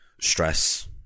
stress